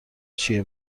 چیه